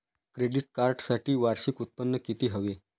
Credit कार्डसाठी वार्षिक उत्त्पन्न किती हवे?